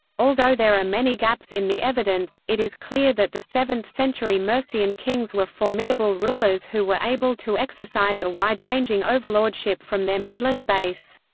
although there are many gaps in the evidence, it is clear that the seventh-century mercian kings were formidable rulers who were able to exercise a wide-ranging overlordship from their midland base.